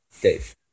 Dave